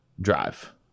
drive